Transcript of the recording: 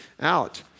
out